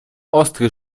ostry